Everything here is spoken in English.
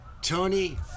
Tony